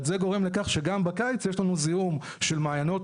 יש לנו זיהום של מעיינות.